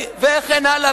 וכן הלאה,